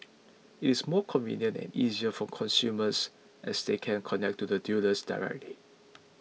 it is more convenient and easier for consumers as they can connect to the dealers directly